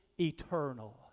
eternal